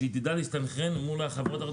שהיא תדע להסתנכרן מול החברות.